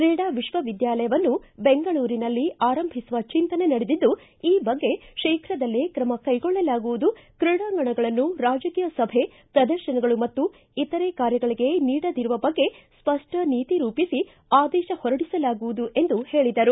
ಕ್ರೀಡಾ ವಿಶ್ವ ವಿದ್ಯಾಲಯವನ್ನು ಬೆಂಗಳೂರಿನಲ್ಲಿ ಆರಂಭಿಸುವ ಚಿಂತನೆ ನಡೆದಿದ್ದು ಈ ಬಗ್ಗೆ ಶೀಘ್ರದಲ್ಲೇ ಕ್ರಮ ಕೈಗೊಳ್ಳಲಾಗುವುದು ಕ್ರೀಡಾಂಗಣಗಳನ್ನು ರಾಜಕೀಯ ಸಭೆ ಪ್ರದರ್ಶನಗಳು ಮತ್ತು ಇತರ ಕಾರ್ಯಗಳಿಗೆ ನೀಡದಿರುವ ಬಗ್ಗೆ ಸ್ವಷ್ಟ ನೀತಿ ರೂಪಿಸಿ ಆದೇಶ ಹೊರಡಿಸಲಾಗುವುದು ಎಂದು ಹೇಳಿದರು